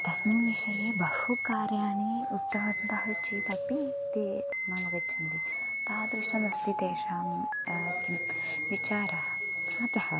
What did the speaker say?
तस्मिन् विषये बहु कार्याणि उक्तवन्तः चेदपि ते नावगच्छन्ति तादृशमस्ति तेषां किं विचारः अतः